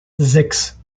sechs